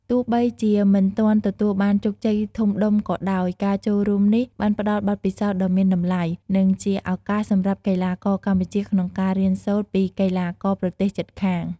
ទោះបីជាមិនទាន់ទទួលបានជោគជ័យធំដុំក៏ដោយ ការចូលរួមនេះបានផ្តល់បទពិសោធន៍ដ៏មានតម្លៃ និងជាឱកាសសម្រាប់កីឡាករកម្ពុជាក្នុងការរៀនសូត្រពីកីឡាករប្រទេសជិតខាង។